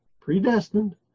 predestined